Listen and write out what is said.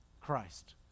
Christ